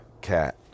cat